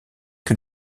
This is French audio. que